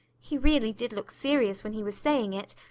he really did look serious when he was saying it,